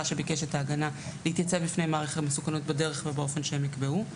שביקש את ההגנה להתייצב בפני מעריך המסוכנות בדרך ובאופן שהם יקבעו,